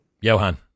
johan